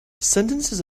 sentences